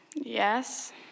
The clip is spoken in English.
Yes